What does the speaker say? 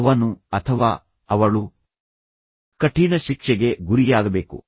ಅವನು ಅಥವಾ ಅವಳು ಕಠಿಣ ಶಿಕ್ಷೆಗೆ ಗುರಿಯಾಗಬೇಕು